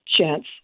chance